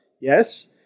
Yes